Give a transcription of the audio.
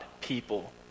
people